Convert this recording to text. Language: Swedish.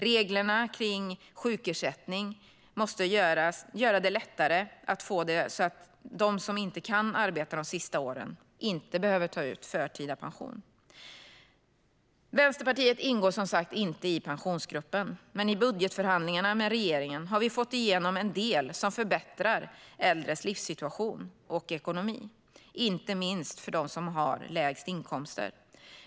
Reglerna för att få sjukersättning måste göras lättare så att de som inte kan arbeta de sista åren inte behöver ta ut förtida pension. Vänsterpartiet ingår som sagt inte i Pensionsgruppen, men i budgetförhandlingarna med regeringen har vi fått igenom en del som förbättrar livssituationen och ekonomin för äldre, inte minst de som har lägst inkomster.